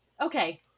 Okay